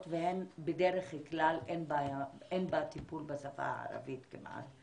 ובדרך כלל אין טיפול בשפה הערבית כמעט.